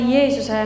Jesus